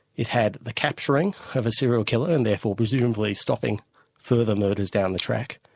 it had the capturing of a serial killer and therefore presumably stopping further murders down the track,